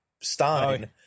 stein